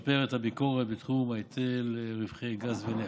לשפר את הביקורת בתחום היטל רווחי גז ונפט.